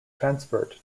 transferred